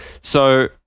So-